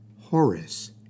Horace